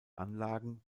anlagen